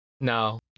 no